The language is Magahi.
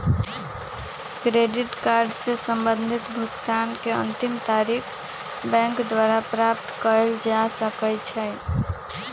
क्रेडिट कार्ड से संबंधित भुगतान के अंतिम तारिख बैंक द्वारा प्राप्त कयल जा सकइ छइ